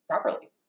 properly